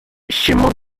chemin